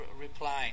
replying